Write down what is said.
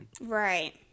Right